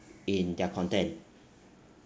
in their content